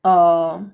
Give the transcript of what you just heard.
err